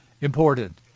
important